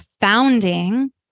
founding